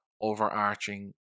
overarching